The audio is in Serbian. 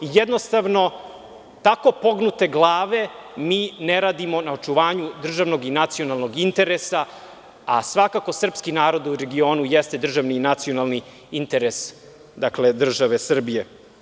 Jednostavno tako pognute glave mi ne radimo na očuvanju državnog i nacionalnog interesa, a svakako srpski narod u regionu jeste državni i nacionalni interes države Srbije.